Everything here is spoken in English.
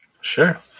Sure